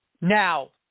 Now